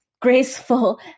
graceful